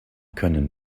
können